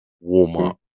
warm-up